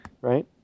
right